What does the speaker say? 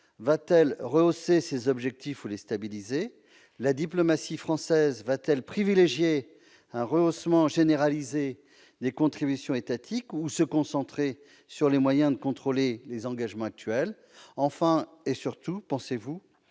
va-t-elle rehausser ses objectifs ou les stabiliser ? La diplomatie française va-t-elle privilégier un rehaussement généralisé des contributions étatiques ou se concentrer sur les moyens de contrôler les engagements actuels ? Enfin, et surtout, pensez-vous,